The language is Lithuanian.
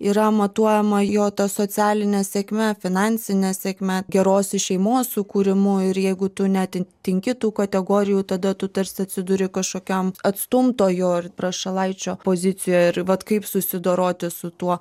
yra matuojama jo ta socialine sėkme finansine sėkme geros šeimos sukūrimu ir jeigu tu neatitinki tų kategorijų tada tu tarsi atsiduri kažkokiam atstumtojo ir prašalaičio pozicijoj ir vat kaip susidoroti su tuo